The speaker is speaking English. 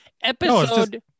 episode